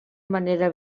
manera